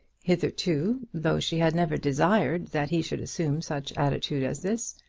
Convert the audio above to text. hitherto, though she had never desired that he should assume such attitude as this,